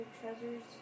treasures